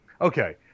okay